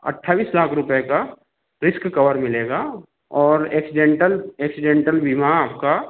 अट्ठाइस लाख रुपये का रिस्क कवर मिलेगा और एक्सीडेंटल एक्सीडेंटल बीमा आपका